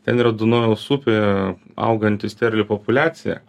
ten yra dunojaus upėje auganti sterlių populiacija